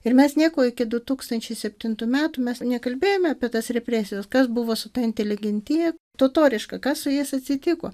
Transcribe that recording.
ir mes nieko iki du tūkstančiai septintų metų mes nekalbėjome apie tas represijas kas buvo su ta inteligentija totoriška kas su jais atsitiko